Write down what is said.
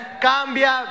cambia